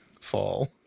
fall